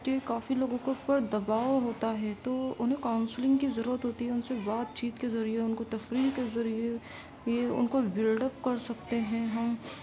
کہ کافی لوگوں کے اوپر دباؤ ہوتا ہے تو انہیں کاؤنسلنگ کی ضرورت ہوتی ہے ان سے بات چیت کے ذریعے ان کو تفریح کے ذریعے یہ ان کو بلڈ اپ کر سکتے ہیں ہم